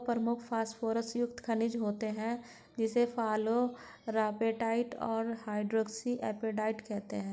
दो प्रमुख फॉस्फोरस युक्त खनिज होते हैं, फ्लोरापेटाइट और हाइड्रोक्सी एपेटाइट